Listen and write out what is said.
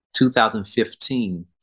2015